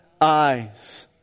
eyes